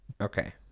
Okay